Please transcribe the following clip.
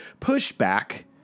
pushback